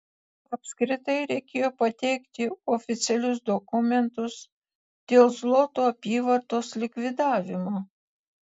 apskritai reikėjo pateikti oficialius dokumentus dėl zlotų apyvartos likvidavimo